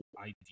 idea